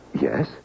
Yes